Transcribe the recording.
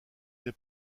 n’ai